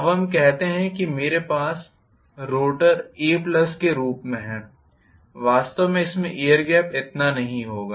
अब हम कहते हैं कि मेरे पास रोटर a के रूप में है वास्तव में इसमें एयर गेप इतना नहीं होगा